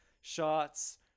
shots